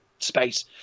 space